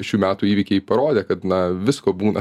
šių metų įvykiai parodė kad na visko būna